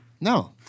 No